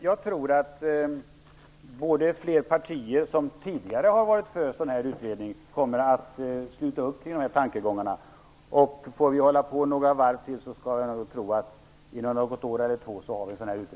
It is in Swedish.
Jag tror att fler partier, som tidigare har varit för en sådan här utredning, kommer att sluta upp kring dessa tankegångar. Om vi får hålla på några varv till tror jag nog att vi har en sådan här utredning inom något år eller två.